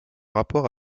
rapport